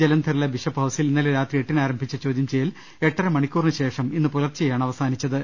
ജലന്ധറിലെ bishop ഹൌസിൽ ഇന്നലെ രാത്രി എട്ടിന് ആരംഭിച്ച ചോദ്യം ചെയ്യൽ എട്ടര മണിക്കൂറിന് ശേഷം ഇന്ന് പുലർച്ചെ യാണ് അവസാനിച്ചത്